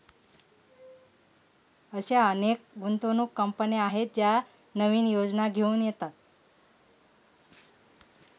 अशा अनेक गुंतवणूक कंपन्या आहेत ज्या नवीन योजना घेऊन येतात